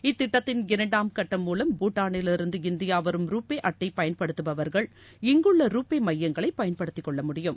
இத்திட்டத்தின் இரண்டாம் கட்டம் மூலம் பூட்டாளில் இருந்து இந்தியா வரும் ரூபே அட்டை பயன்படுத்துபவர்கள் இங்குள்ள ரூபே மையங்களை பயன்படுத்திக்கொள்ள முடியும்